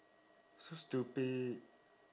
so stupid